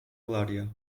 glòria